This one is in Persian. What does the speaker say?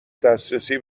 دسترسی